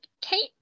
Kate